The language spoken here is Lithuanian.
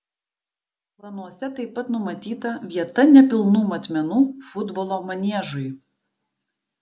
planuose taip pat numatyta vieta nepilnų matmenų futbolo maniežui